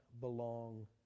belong